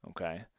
okay